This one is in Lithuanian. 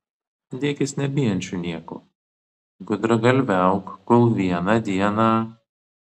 dėkis nebijančiu nieko gudragalviauk kol vieną dieną